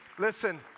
Listen